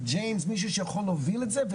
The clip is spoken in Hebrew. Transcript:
מישהו שיכול להוביל את זה,